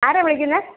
ആരാ വിളിക്കുന്നത്